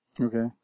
Okay